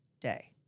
day